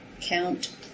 count